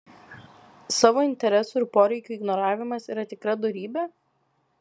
savo interesų ir poreikių ignoravimas yra tikra dorybė